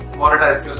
monetize